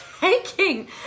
taking